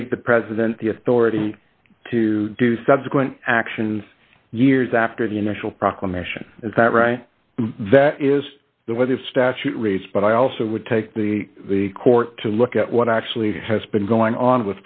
gave the president the authority to do subsequent actions years after the initial proclamation and that is the whether the statute reads but i also would take the the court to look at what actually has been going on